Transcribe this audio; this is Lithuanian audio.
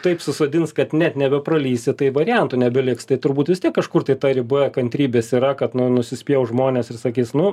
taip susodins kad net nebepralįsi tai variantų nebeliks tai turbūt vis tiek kažkur tai ta riba kantrybės yra kad nu nusispjaus žmonės ir sakys nu